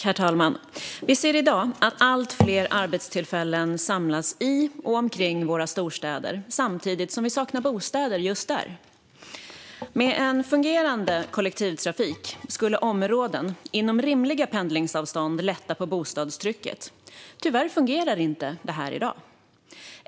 Herr talman! Vi ser i dag att allt fler arbetstillfällen samlas i och omkring våra storstäder samtidigt som vi saknar bostäder just där. Med en fungerande kollektivtrafik skulle områden inom rimliga pendlingsavstånd lätta på bostadstrycket. Tyvärr fungerar inte det här i dag.